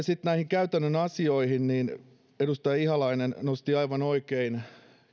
sitten näihin käytännön asioihin niin edustaja ihalainen nosti aivan oikein suurena